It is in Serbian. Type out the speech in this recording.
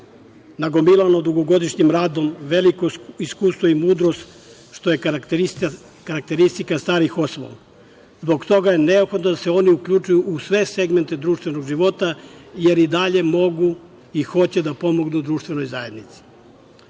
nagomilano dugogodišnjim radom, velio iskustvo i mudrost, što je karakteristika starih osoba. Zbog toga je neophodno da se oni uključe u sve segmente društvenog života, jer i dalje mogu i hoće da pomognu društvenoj zajednici.U